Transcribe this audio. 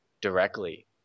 directly